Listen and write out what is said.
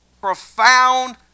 profound